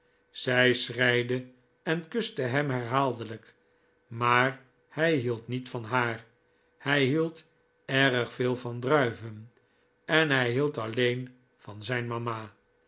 zij schreide en kuste hem herhaaldelijk maar hij hield niet van haar hij hield erg veel van druiven en hij hield alleen van zijn mama